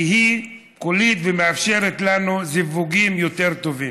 כי היא קולית ומאפשרת לנו זיווגים יותר טובים.